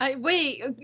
Wait